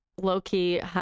low-key